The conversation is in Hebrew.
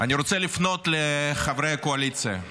אני רוצה לפנות לחברי הקואליציה.